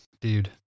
Dude